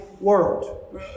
world